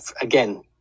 again